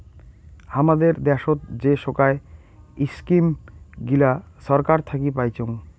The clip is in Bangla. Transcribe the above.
হামাদের দ্যাশোত যে সোগায় ইস্কিম গিলা ছরকার থাকি পাইচুঙ